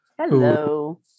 Hello